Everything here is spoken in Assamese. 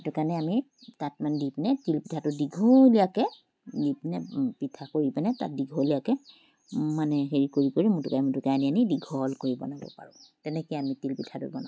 সেইটো কাৰণে আমি তাত মানে দি তিলপিঠা দি দীঘলীয়াকৈ দি পিনে পিঠা কৰি পিনে দীঘলীয়াকৈ মানে হেৰি কৰি কৰি মোটোকাই মোটোকাই আনি আনি দীঘল কৈ পেলাওঁ তেনেকৈয়ে আমি তিলপিঠাটো বনাওঁ